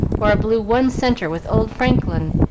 or a blue one-center with old franklin,